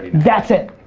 that's it.